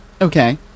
Okay